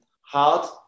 hard